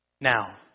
Now